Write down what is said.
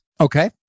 Okay